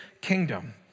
kingdom